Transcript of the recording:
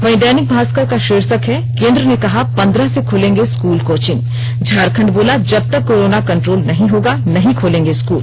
वहीं दैनिक भास्कर का शीर्षक हैं केंद्र ने कहा पंद्रह से खुलेंगे स्कूल कोचिंग झारखंड बोला जबतक कोरोना कंट्रोल नहीं होगा नहीं खोलेंगे स्कूल